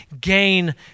gain